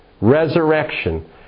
Resurrection